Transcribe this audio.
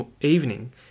evening